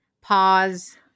pause